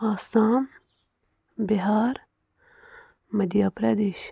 Assam Bihar Madhya Pradesh